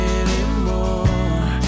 anymore